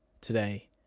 today